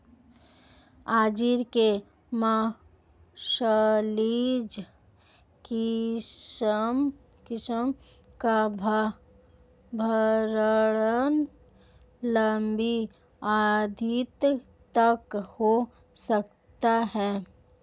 अंजीर के मार्सलीज किस्म का भंडारण लंबी अवधि तक हो सकता है